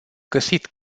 găsit